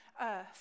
earth